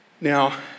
Now